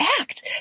act